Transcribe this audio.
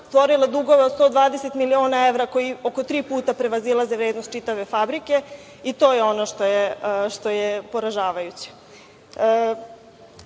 stvorila dugove od 120 miliona evra, koji oko tri puta prevazilaze vrednost čitave fabrike i to je ono što je poražavajuće.